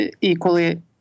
equally